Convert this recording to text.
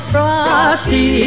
Frosty